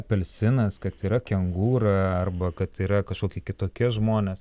apelsinas kad yra kengūra arba kad yra kažkokie kitokie žmonės